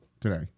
today